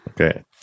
okay